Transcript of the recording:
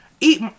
eat